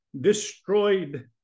destroyed